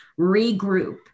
regroup